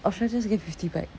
or should I just get fifty pack